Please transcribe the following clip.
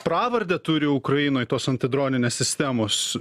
pravardę turi ukrainoj tos anti droninės sistemos